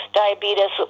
diabetes